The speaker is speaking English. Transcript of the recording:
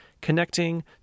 connecting